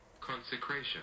consecration